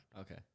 Okay